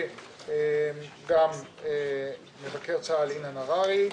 וגם מבקר צה"ל, אילן הררי,